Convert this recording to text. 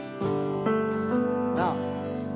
now